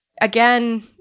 again